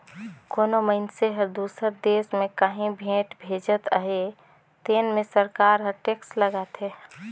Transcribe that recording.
कोनो मइनसे हर दूसर देस में काहीं भेंट भेजत अहे तेन में सरकार हर टेक्स लगाथे